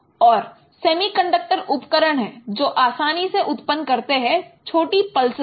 और सेमीकंडक्टर उपकरण हैं जो आसानी से उत्पन्न करते हैं छोटी पल्सेस को